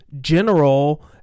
general